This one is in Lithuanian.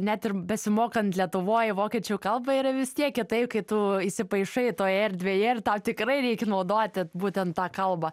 net ir besimokant lietuvoj vokiečių kalbą yra vis tiek kitaip kai tu įsipaišai toje erdvėje ir tau tikrai reikia naudoti būtent tą kalbą